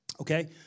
Okay